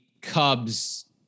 Cubs